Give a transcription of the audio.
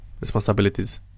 responsibilities